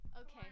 Okay